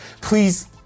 please